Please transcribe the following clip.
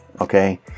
Okay